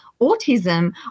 autism